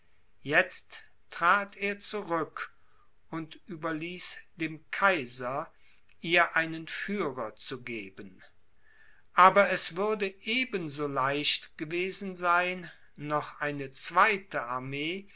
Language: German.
jetzt trat er zurück und überließ dem kaiser ihr einen führer zu geben aber es würde eben so leicht gewesen sein noch eine zweite armee